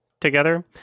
together